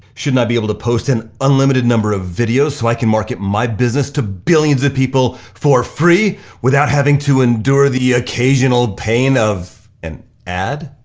shouldn't i be able to post an unlimited number of videos so i can market my business to billions of people for free without having to endure the occasional pain of an ad?